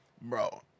Bro